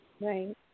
Right